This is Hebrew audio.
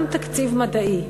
גם תקציב מדעי,